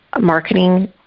marketing